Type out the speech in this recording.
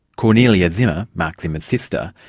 kornelia zimmer, mark zimmer's sister,